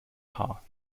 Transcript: haar